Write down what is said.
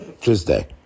Tuesday